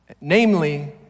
namely